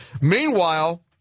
Meanwhile